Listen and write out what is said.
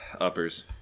Uppers